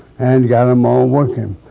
and got them all working.